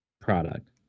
product